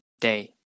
day